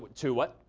to what?